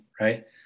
right